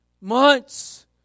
months